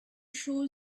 show